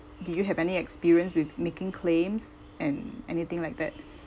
did you have any experience with making claims and anything like that